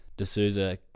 D'Souza